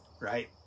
Right